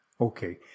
Okay